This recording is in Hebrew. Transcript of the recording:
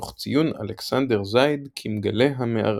תוך ציון אלכסנדר זייד כמגלה המערה.